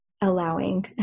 allowing